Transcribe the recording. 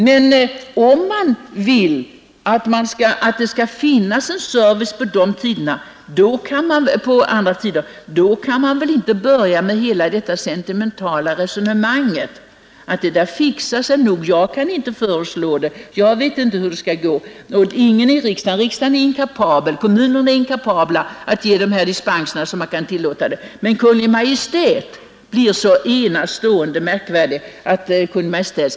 Men om man vill att det skall finnas service även på andra tider, då kan man inte samtidigt föra detta sentimentala resonemang och sedan säga sig: ”Det fixar sig nog. Jag vet inte hur det skall gå till — riksdagen är inkapabel att bevilja dispenser, och kommunerna är inkapabla att bevilja dispenser — men Kungl. Maj:t kan nog kläcka ett förslag!